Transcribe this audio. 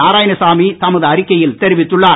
நாராயணசாமி தமது அறிக்கையில் தெரிவித்துள்ளார்